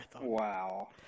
Wow